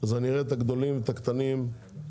אז אראה גם את הספקים גדולים וגם את הקטנים קיימים?